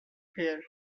here